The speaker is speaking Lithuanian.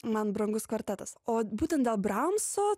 man brangus kvartetas o būtent dėl bramso